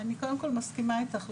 אני קודם כל מסכימה איתך.